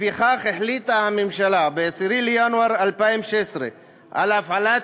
לפיכך החליטה הממשלה ב־10 בינואר 2016 על הפעלת